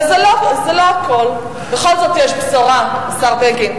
אבל זה לא הכול, בכל זאת יש בשורה, השר בגין: